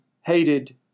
hated